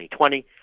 2020